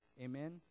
Amen